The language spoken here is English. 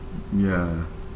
ya